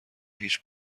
هیچ